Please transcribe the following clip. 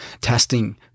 testing